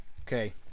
Okay